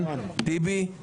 טיבי?